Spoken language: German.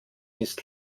ist